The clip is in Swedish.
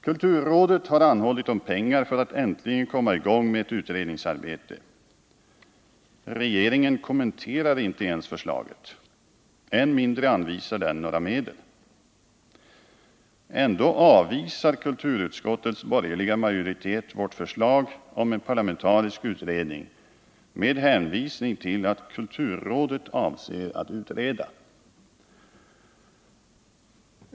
Kulturrådet har anhållit om pengar för att äntligen komma i gång med ett utredningsarbete. Regeringen kommenterar inte ens förslaget — än mindre anvisar den några medel. Ändå avvisar kulturutskottets borgerliga majoritet vårt förslag om en parlamentarisk utredning, med hänvisning till att kulturrådet avser att utreda dessa frågor.